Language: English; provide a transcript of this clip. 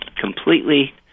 completely